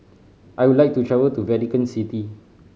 I would like to travel to Vatican City